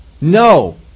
No